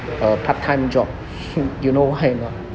a part time job you know why or not